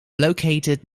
located